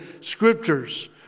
Scriptures